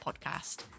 podcast